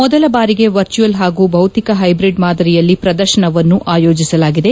ಮೊದಲ ಬಾರಿಗೆ ವರ್ಚುವಲ್ ಹಾಗೂ ಭೌತಿಕ ಹೈಬ್ರಿಡ್ ಮಾದರಿಯಲ್ಲಿ ಪ್ರದರ್ಶನವನ್ನು ಆಯೋಜಿಸಲಾಗಿದೆ